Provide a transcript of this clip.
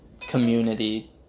community